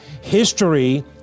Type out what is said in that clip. History